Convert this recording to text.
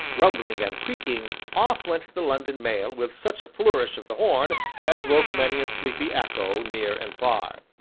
rumbling and creaking, off went the london mail with such a flourish of the horn as woke many a sleepy echo, near and far.